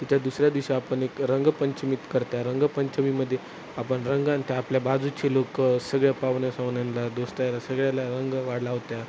तिच्या दुसऱ्या दिवशी आपण एक रंगपंचमीत करतो आहे रंगपंचमीमध्ये आपण रंग त्या आपल्या बाजूचे लोक सगळ्या पाहुण्या सावण्यांला दोस्त्या याला सगळ्याला रंग वाढ लावतो आहे